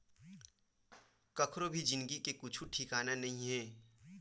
कखरो भी जिनगी के कुछु ठिकाना नइ हे